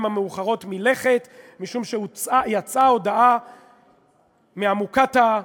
המאוחרות משום שיצאה הודעה מהמוקטעה,